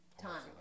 time